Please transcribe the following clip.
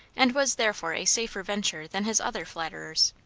and was therefore a safer venture than his other flatterers.